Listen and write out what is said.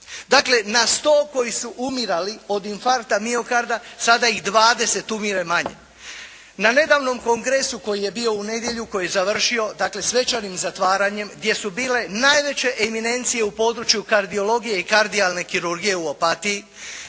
Dakle, na sto koji su umirali od infarkta miokarda sada ih 20 umire manje. Na nedavnom kongresu koji je bio u nedjelju, koji je završio dakle svečanim zatvaranjem gdje su bile najveće eminencije u području kardiologije i kardijalne kirurgije u Opatiji